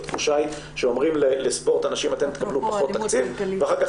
התחושה היא שאומרים לספורט הנשים: אתם תקבלו פחות תקציב ואחר כך